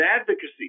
advocacy